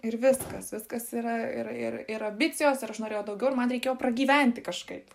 ir viskas viskas yra ir ir ir ambicijos ir aš norėjau daugiau ir man reikėjo pragyventi kažkaip